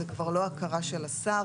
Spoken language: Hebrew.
זה כבר לא הכרה של השר,